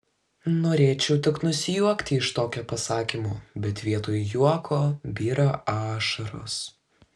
norėčiau tik nusijuokti iš tokio pasakymo bet vietoj juoko byra ašaros